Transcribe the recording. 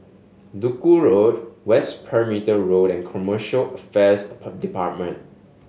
Duku Road West Perimeter Road and Commercial Affairs Department